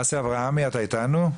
אסף אברהמי, אתה איתנו?